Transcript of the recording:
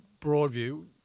Broadview